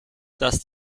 dass